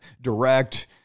direct